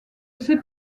ses